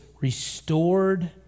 restored